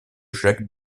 jacques